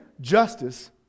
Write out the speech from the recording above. justice